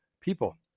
people